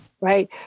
right